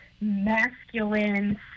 masculine